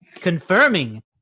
confirming